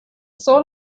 soul